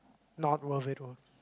not worth it